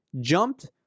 jumped